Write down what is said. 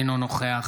אינו נוכח